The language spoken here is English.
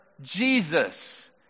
Jesus